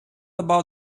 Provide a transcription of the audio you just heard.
about